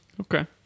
Okay